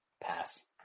Pass